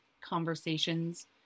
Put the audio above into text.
conversations